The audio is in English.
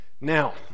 Now